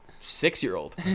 six-year-old